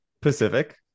Pacific